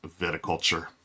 Viticulture